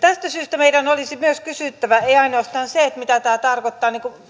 tästä syystä meidän olisi myös kysyttävä ei ainoastaan sitä mitä tämä tarkoittaa